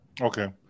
Okay